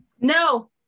No